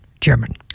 German